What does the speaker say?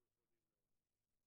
בוקר טוב לכולם,